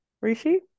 Rishi